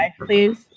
Please